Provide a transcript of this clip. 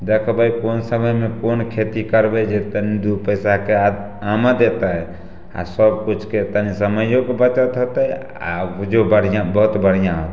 देखबय कोन समयमे कोन खेती करबय जे तनी दू पैसाके आमद एतय आओर सबकिछु के तनी समयोके बचत हेतय आओर बुझू बढ़िआँ बहुत बढ़िआँ होतय